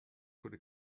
could